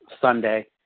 Sunday